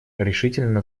решительно